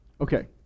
okay